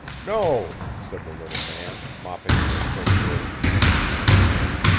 no, said the little man, mopping the perspiration from his shining head,